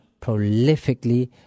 prolifically